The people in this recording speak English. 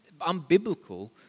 unbiblical